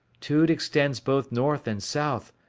tude extends both north and south,